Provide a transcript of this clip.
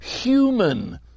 human